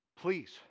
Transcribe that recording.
Please